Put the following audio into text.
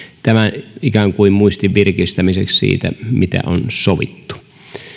tämä ikään kuin muistin virkistämiseksi siitä mitä on sovittu